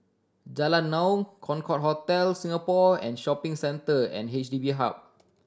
Jalan Naung Concorde Hotel Singapore and Shopping Centre and H D B Hub